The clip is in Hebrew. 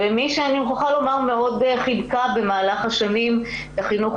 אני מוכרחה לומר כמי שחיבקה במהלך השנים את החינוך